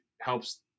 helps